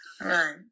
right